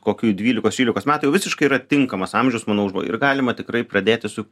kokių dvylikos trylikos metų jau visiškai yra tinkamas amžius manau ir galima tikrai pradėti su